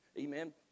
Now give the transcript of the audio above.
amen